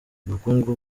ubukungu